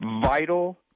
vital